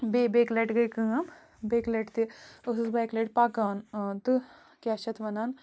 بیٚیہِ بیٚیہِ کہِ لَٹہِ گٔے کٲم بیٚیہِ کہِ لَٹہِ تہِ ٲسٕس بہٕ اَکہِ لَٹہِ پَکان تہٕ کیٛاہ چھِ اَتھ وَنان